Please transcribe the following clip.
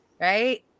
right